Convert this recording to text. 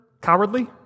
cowardly